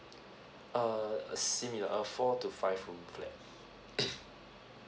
err uh similar a four to five room flat